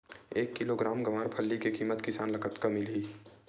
एक किलोग्राम गवारफली के किमत किसान ल कतका मिलही?